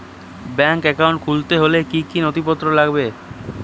Bank account খুলতে হলে কি কি নথিপত্র লাগবে?